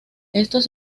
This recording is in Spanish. estos